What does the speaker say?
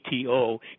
ATO